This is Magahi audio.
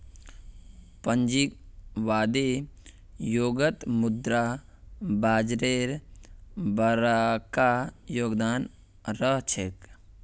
पूंजीवादी युगत मुद्रा बाजारेर बरका योगदान रह छेक